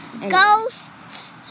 Ghosts